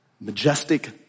majestic